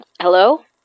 Hello